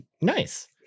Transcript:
Nice